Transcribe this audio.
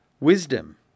Wisdom